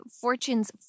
Fortune's